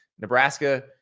Nebraska